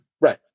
Right